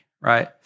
right